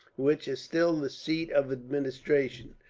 which is still the seat of administration.